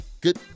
Good